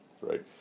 right